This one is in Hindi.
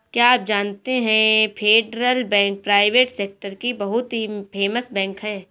क्या आप जानते है फेडरल बैंक प्राइवेट सेक्टर की बहुत ही फेमस बैंक है?